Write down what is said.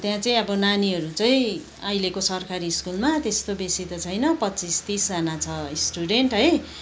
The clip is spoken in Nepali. त्यहाँ चाहिँ अब नानीहरू चाहिँ अहिलेको सरकारी स्कुलमा त्यस्तो बेसी त छैन पच्चिस तिसजना छ स्टुडेन्ट है